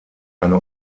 eine